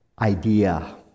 idea